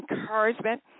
encouragement